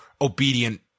obedient